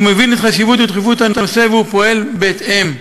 מבין את חשיבות ודחיפות הנושא ופועל בהתאם,